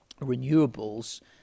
renewables